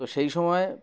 তো সেই সময়